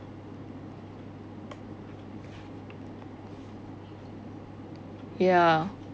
ya